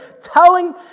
telling